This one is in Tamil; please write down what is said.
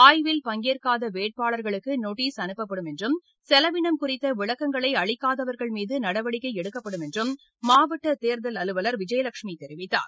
ஆய்வில் பங்கேற்காத வேட்பாளர்களுக்கு நோட்டீஸ் அனுப்பப்படும் என்றும் செலவினம் குறித்த விளக்கங்களை அளிக்காதவர்கள் மீது நடவடிக்கை எடுக்கப்படும் என்றும் மாவட்ட தேர்தல் அலுவலர் விஜயலட்சுமி தெரிவித்தார்